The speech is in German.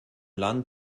land